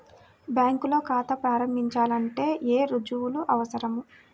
బ్యాంకులో ఖాతా ప్రారంభించాలంటే ఏ రుజువులు అవసరం?